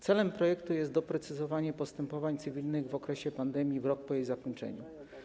Celem projektu jest doprecyzowanie postępowań cywilnych w okresie pandemii i w rok po jej zakończeniu.